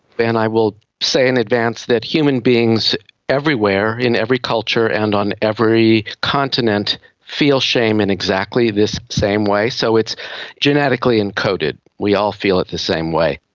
but and i will say in advance that human beings everywhere in every culture and on every continent feel shame in exactly this same way, so it's genetically encoded, we all feel it the same way.